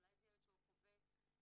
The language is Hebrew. אולי זה ילד שחווה קשיים,